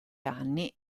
anni